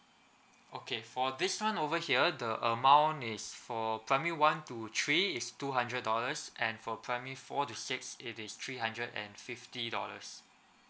okay for this one over here the amount is for primary one to three is two hundred dollars and for primary four to six it is three hundred and fifty dollars